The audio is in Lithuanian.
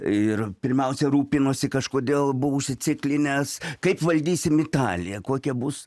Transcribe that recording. ir pirmiausia rūpinosi kažkodėl buvo užsiciklinęs kaip valdysim italiją kokia bus